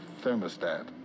thermostat